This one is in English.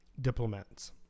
diplomats